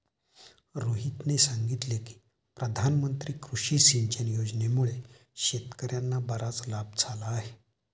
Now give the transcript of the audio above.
रोहितने सांगितले की प्रधानमंत्री कृषी सिंचन योजनेमुळे शेतकर्यांना बराच लाभ झाला आहे